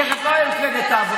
תכף לא תהיה מפלגת העבודה.